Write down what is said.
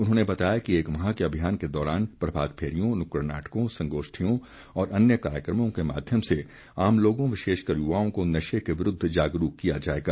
उन्होंने बताया कि एक माह के अभियान के दौरान प्रभात फेरियों नुक्कड़ नाटकों संगोष्ठियों और अन्य कार्यक्रमों के माध्यम से आम लोगों विशेषकर युवाओं को नशे के विरूद्व जागरूक किया जाएगा